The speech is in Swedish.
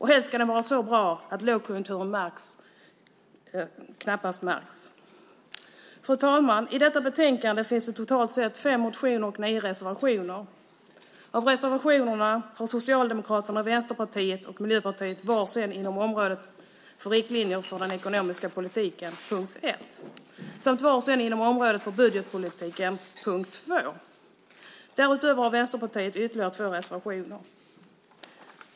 Helst ska det vara så bra att lågkonjunkturer knappast märks. Fru talman! I betänkandet finns totalt sett fem motioner och nio reservationer. Av reservationerna har Socialdemokraterna, Vänsterpartiet och Miljöpartiet varsin på området för riktlinjer för den ekonomiska politiken, punkt 1, samt varsin på området för budgetpolitiken, punkt 2. Därutöver har Vänsterpartiet ytterligare två reservationer.